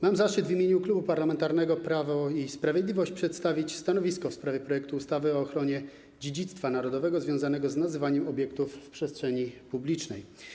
Mam zaszczyt w imieniu Klubu Parlamentarnego Prawo i Sprawiedliwość przedstawić stanowisko w sprawie projektu ustawy o ochronie dziedzictwa narodowego związanego z nazywaniem obiektów przestrzeni publicznej.